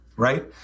right